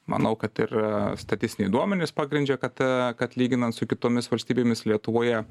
manau kad ir statistiniai duomenys pagrindžia kad kad lyginant su kitomis valstybėmis lietuvoje